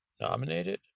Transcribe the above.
Nominated